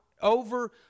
over